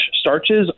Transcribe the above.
starches